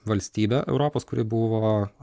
valstybe europos kuri buvo